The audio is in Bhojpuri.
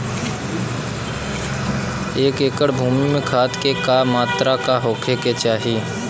एक एकड़ भूमि में खाद के का मात्रा का होखे के चाही?